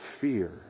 fear